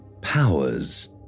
powers